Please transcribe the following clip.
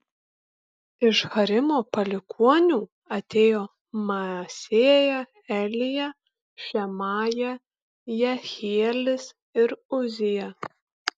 iš harimo palikuonių atėjo maasėja elija šemaja jehielis ir uzija